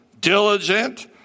diligent